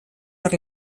per